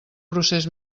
procés